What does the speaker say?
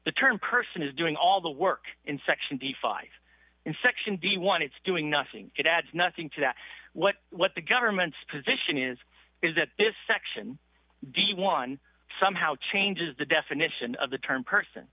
the term person is doing all the work in section d five in section d one it's doing nothing it adds nothing to that what what the government's position is is that this section one somehow changes the definition of the term person